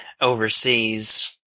overseas